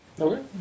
Okay